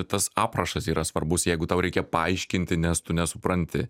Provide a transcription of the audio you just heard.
tas aprašas yra svarbus jeigu tau reikia paaiškinti nes tu nesupranti